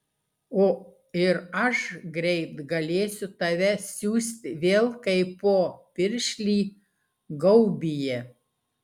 o ir aš greit galėsiu tave siųsti vėl kaipo piršlį gaubyje